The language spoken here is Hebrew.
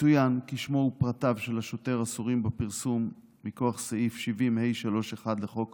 יצוין כי שמו ופרטיו של השוטר אסורים בפרסום מכוח סעיף 70(ה3)(1) לחוק